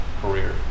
career